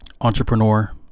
entrepreneur